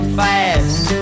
fast